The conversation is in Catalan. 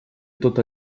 tot